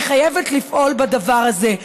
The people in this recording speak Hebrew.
היא חייבת לפעול בדבר הזה.